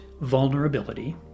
vulnerability